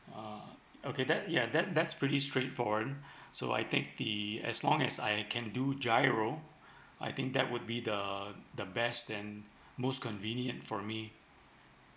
uh okay that ya that that's pretty straight forward so I think the as long as I can do giro I think that would be the the best and most convenient for me